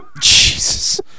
Jesus